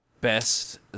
best